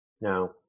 Now